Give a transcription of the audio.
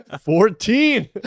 Fourteen